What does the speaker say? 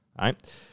right